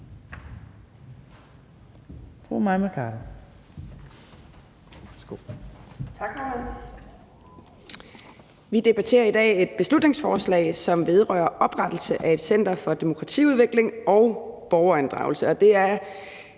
Vi debatterer i dag et beslutningsforslag, som vedrører oprettelse af et center for demokratiudvikling og borgerinddragelse.